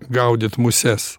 gaudyt muses